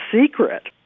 secret